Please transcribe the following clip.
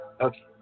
Okay